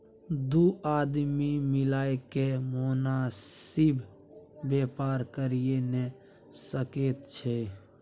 दू आदमी मिलिकए मोनासिब बेपार कइये नै सकैत छै